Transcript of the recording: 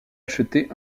acheter